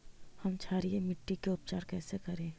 हम क्षारीय मिट्टी के उपचार कैसे करी?